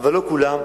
אבל לא כולם.